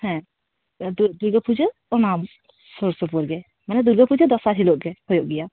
ᱦᱮᱸ ᱫᱩᱨᱜᱟᱹ ᱯᱩᱡᱟᱹ ᱚᱱᱟ ᱥᱩᱨ ᱥᱩᱯᱩᱨ ᱜᱮ ᱢᱟᱱᱮ ᱫᱩᱨᱜᱟᱹᱯᱩᱡᱟᱹ ᱫᱚᱥᱟᱨ ᱦᱤᱞᱳᱜ ᱜᱮ ᱦᱩᱭᱩᱜ ᱜᱮᱭᱟ